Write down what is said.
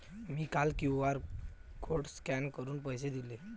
मी काल QR code scan करून पैसे दिले